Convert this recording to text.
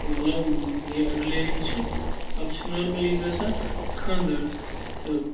love یہِ relationship پَتہٕ چھِ نارمٔلی گژھان خاندَر تہٕ